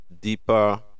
deeper